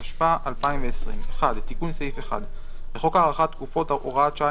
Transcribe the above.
התשפ"א 2020 תיקון סעיף 1 1. בחוק הארכת תקופות (הוראת שעה,